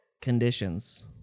conditions